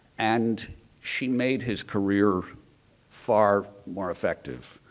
and she made his career far more effective.